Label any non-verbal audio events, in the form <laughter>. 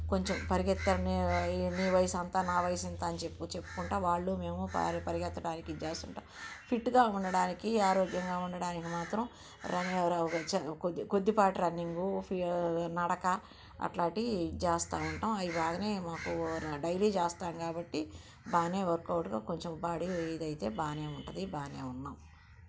కొంచెం పరిగెత్తడం ఏంటి నీ వయసు ఎంతా నా వయసు ఎంతా అని చెప్పి చెప్పుకుంటూ వాళ్ళు మేము పరిగెత్తడానికి ఇది చేస్తుంటాము ఫిట్గా ఉండడానికి ఆరోగ్యంగా ఉండడానికి మాత్రం రన్నింగ్ <unintelligible> కొద్దిపాటు రన్నింగ్ నడక అలాంటివి చేస్తూ ఉంటాము అలాగనే మాకు డైలీ చేస్తాము కాబట్టి బాగానే వర్క్అవుట్గా కొంచెం బాడీ ఇది అయితే బాగానే ఉంటుంది బాగానే ఉన్నాము